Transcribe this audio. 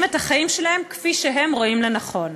הנה, זה מחולק.